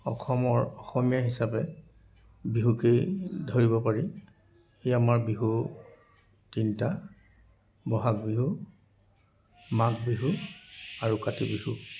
অসমৰ অসমীয়া হিচাপে বিহুকেই ধৰিব পাৰি ই আমাৰ বিহু তিনিটা বহাগ বিহু মাঘ বিহু আৰু কাতি বিহু